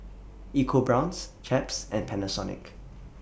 EcoBrown's Chaps and Panasonic